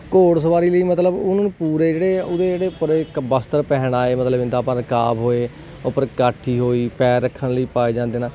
ਘੋੜਸਵਾਰੀ ਲਈ ਮਤਲਬ ਉਹਨਾਂ ਨੂੰ ਪੂਰੇ ਜਿਹੜੇ ਉਹਦੇ ਜਿਹੜੇ ਪਰ ਇੱਕ ਬਸਤਰ ਪਹਿਨਾਏ ਮਤਲਬ ਜਿੱਦਾਂ ਆਪਾਂ ਰਕਾਬ ਹੋਏ ਉੱਪਰ ਕਾਠੀ ਹੋਈ ਪੈਰ ਰੱਖਣ ਲਈ ਪਾਏ ਜਾਂਦੇ ਹਨ